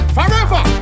Forever